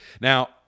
Now